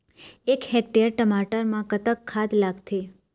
एक हेक्टेयर टमाटर म कतक खाद लागथे?